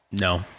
No